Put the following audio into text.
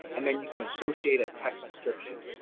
and then you can associate ah text description.